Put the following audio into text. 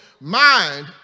mind